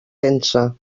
densa